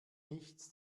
nichts